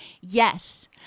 yes